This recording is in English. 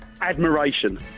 Admiration